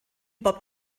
bob